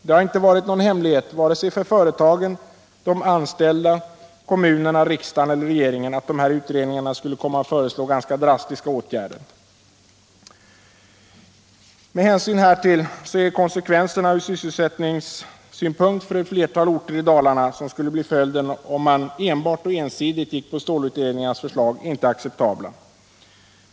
Det har inte varit någon hemlighet vare sig för företagen, de anställda, kommunerna, riksdagen eller regeringen att de här utredningarna skulle komma att föreslå ganska drastiska åtgärder. Med hänsyn härtill är de konsekvenser från sysselsättningssynpunkt för ett flertal orter i Dalarna som skulle bli följden om man enbart och ensidigt följde stålutredningarnas förslag inte acceptabla.